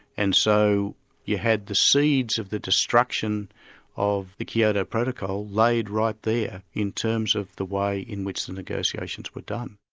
and so you had the seeds of the destruction of the kyoto protocol laid right there, in terms of the way in which the negotiations were done.